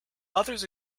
others